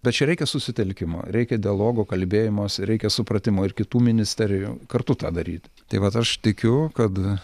bet čia reikia susitelkimo reikia dialogo kalbėjimosi reikia supratimo ir kitų ministerijų kartu tą daryt tai vat aš tikiu kad